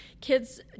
kids